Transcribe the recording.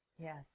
Yes